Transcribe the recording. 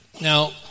Now